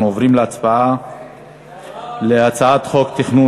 אנחנו עוברים להצבעה על הצעת חוק תכנון